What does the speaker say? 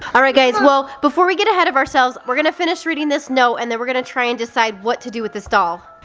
alright guys, well, before we get ahead of ourselves, we're gonna finish reading this note, and then we're going to try and decide what to do with this doll.